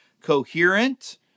coherent